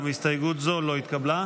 גם הסתייגות זו לא התקבלה.